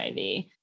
HIV